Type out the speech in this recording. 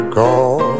call